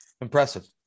impressive